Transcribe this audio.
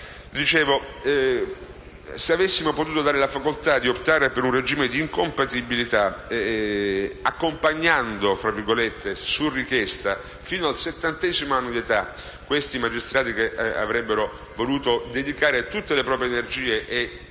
Se avessimo potuto dare la facoltà di optare per un regime di incompatibilità, accompagnando «su richiesta», fino al settantesimo anno di età, questi magistrati che avrebbero voluto dedicare tutte le proprie energie a